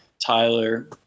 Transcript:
Tyler